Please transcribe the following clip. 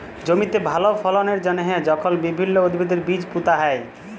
জমিতে ভাল ফললের জ্যনহে যখল বিভিল্ল্য উদ্ভিদের বীজ পুঁতা হ্যয়